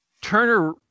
Turner